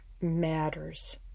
matters